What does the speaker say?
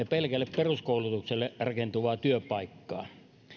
pelkälle peruskoulutukselle rakentuvaa työpaikkaa